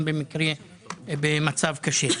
במצב קשה.